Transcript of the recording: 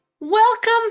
Welcome